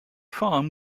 farm